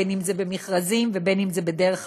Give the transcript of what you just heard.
בין שזה במכרזים ובין שזה בדרך אחרת,